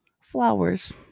Flowers